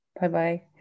Bye-bye